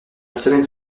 semaine